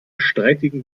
streitigen